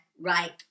right